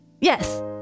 Yes